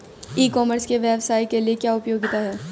ई commerce के व्यवसाय के लिए क्या उपयोगिता है?